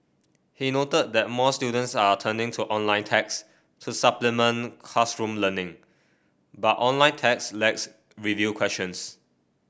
he noted that more students are turning to online text to supplement classroom learning but online text lacks review questions